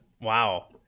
wow